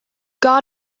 got